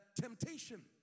temptation